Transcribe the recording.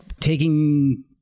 Taking